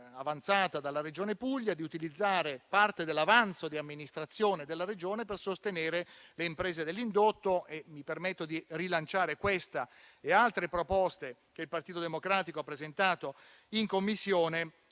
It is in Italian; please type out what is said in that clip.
avanzata dalla Regione Puglia di utilizzare parte dell'avanzo dell'amministrazione regionale per sostenere le imprese dell'indotto. Mi permetto di rilanciare questa e altre proposte che il Partito Democratico ha presentato in Commissione